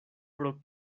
pro